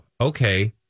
okay